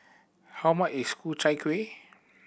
how much is Ku Chai Kuih